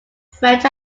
french